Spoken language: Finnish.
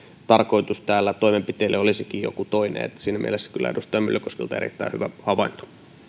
tarkoitus täällä toimenpiteelle olisikin joku toinen siinä mielessä kyllä edustaja myllykoskelta erittäin hyvä havainto